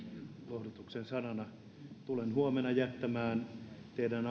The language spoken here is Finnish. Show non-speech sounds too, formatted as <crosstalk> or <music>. lohdutuksen sanana tulen huomenna jättämään teidän <unintelligible>